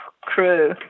crew